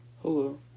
Hello